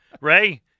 ray